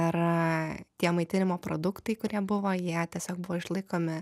ir tie maitinimo produktai kurie buvo jie tiesiog buvo išlaikomi